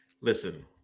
Listen